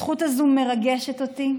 הזכות הזאת מרגשת אותי.